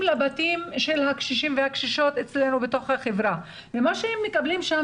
לבתים של הקשישים והקשישות אצלנו בחברה ומה שהם מקבלות,